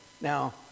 Now